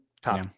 top